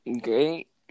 Great